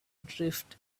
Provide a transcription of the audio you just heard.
drift